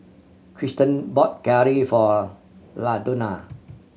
Krysten bought curry for Ladonna